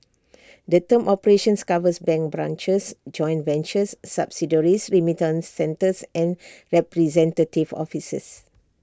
the term operations covers bank branches joint ventures subsidiaries remittance centres and representative offices